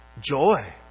joy